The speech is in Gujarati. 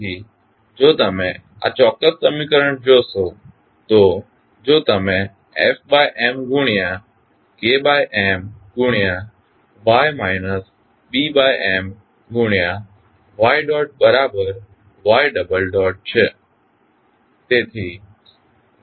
તેથી જો તમે આ ચોકક્સ સમીકરણ જોશો તો જો તમે f M ગુણ્યા K M ગુણ્યા y માઇનસ B M ગુણ્યા y ડોટ બરાબર y ડબલ ડોટ છે